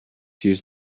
use